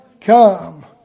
come